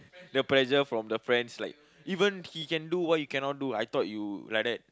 the pressure from the friends like even he can do why you cannot do I thought you like that